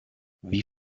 wie